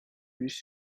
bus